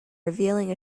revealing